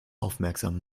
aufmerksam